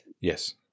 Yes